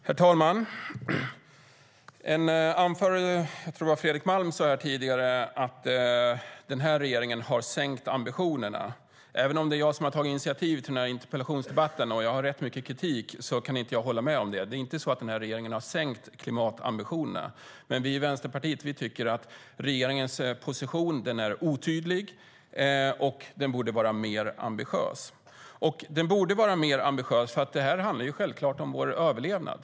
Herr talman! Jag tror att det var Fredrik Malm som sade tidigare att den här regeringen har sänkt ambitionerna. Även om det är jag som har tagit initiativet till den här interpellationsdebatten och har ganska mycket kritik kan jag inte hålla med om det. Den här regeringen har inte sänkt klimatambitionerna. Men vi i Vänsterpartiet tycker att regeringens position är otydlig och att den borde vara mer ambitiös. Den borde vara mer ambitiös eftersom det är självklart att det handlar om vår överlevnad.